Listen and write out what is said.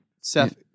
Seth